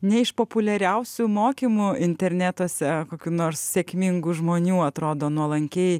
ne iš populiariausių mokymų internetuose kokių nors sėkmingų žmonių atrodo nuolankiai